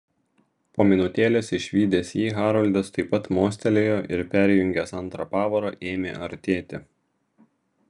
po minutėlės išvydęs jį haroldas taip pat mostelėjo ir perjungęs antrą pavarą ėmė artėti